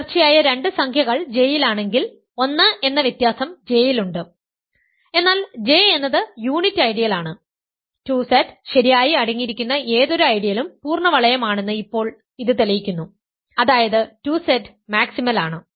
തുടർച്ചയായ രണ്ട് സംഖ്യകൾ J യിലാണെങ്കിൽ 1 എന്ന വ്യത്യാസം J ൽ ഉണ്ട് എന്നാൽ J എന്നത് യൂണിറ്റ് ഐഡിയൽ ആണ് 2Z ശരിയായി അടങ്ങിയിരിക്കുന്ന ഏതൊരു ഐഡിയലും പൂർണ്ണ വളയമാണെന്ന് ഇപ്പോൾ ഇത് തെളിയിക്കുന്നു അതായത് 2Z മാക്സിമൽ ആണ്